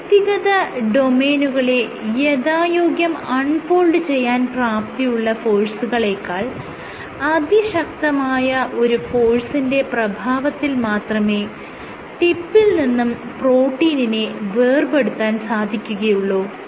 വ്യക്തിഗത ഡൊമെയ്നുകളെ യഥായോഗ്യം അൺ ഫോൾഡ് ചെയ്യാൻ പ്രാപ്തിയുള്ള ഫോഴ്സുകളേക്കാൾ അതിശക്തമായ ഒരു ഫോഴ്സിന്റെ പ്രഭാവത്തിൽ മാത്രമേ ടിപ്പിൽ നിന്നും പ്രോട്ടീനിനെ വേർപെടുത്താൻ സാധിക്കുകയുള്ളൂ